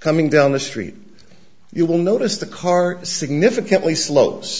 coming down the street you will notice the car significantly slopes